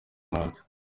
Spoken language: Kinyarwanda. mwaka